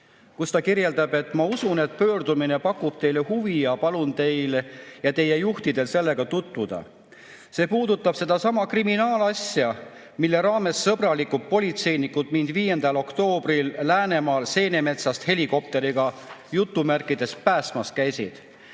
Ta [kirjutab]: "Ma usun, et pöördumine pakub teile huvi, ja ma palun teil ja teie juhtidel sellega tutvuda. See puudutab sedasama kriminaalasja, mille raames sõbralikud politseinikud mind 5. oktoobril Läänemaal seenemetsast helikopteriga "päästmas" käisid